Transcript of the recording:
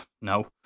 No